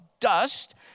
dust